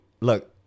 Look